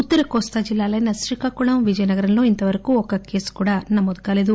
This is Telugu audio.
ఉత్తర కోస్తా జిల్లాలైన శ్రీకాకుళం విజయనగరంలో ఇంతవరకు ఒక్క కేసు కూడా నమోదు కాలేదు